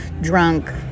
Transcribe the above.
drunk